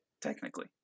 technically